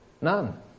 None